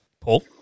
Paul